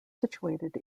situated